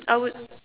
I would